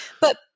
But-